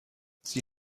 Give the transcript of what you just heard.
sie